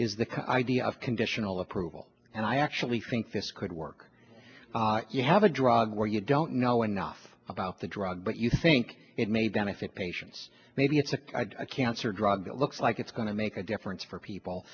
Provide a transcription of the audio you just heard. is the idea of conditional approval and i actually think this could work you have a drug where you don't know enough about the drug but you think it may benefit patients maybe it's a cancer drug that looks like it's going to make a difference for people